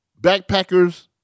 backpackers